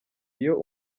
iyo